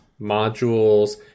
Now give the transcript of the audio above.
modules